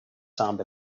samba